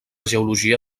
geologia